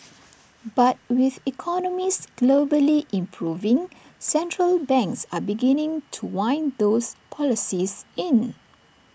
but with economies globally improving central banks are beginning to wind those policies in